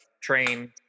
train